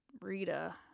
Rita